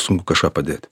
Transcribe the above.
sunku kažką padėt